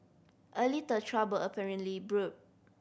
a little trouble apparently brewed